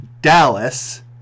Dallas